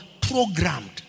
Programmed